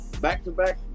back-to-back